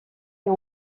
est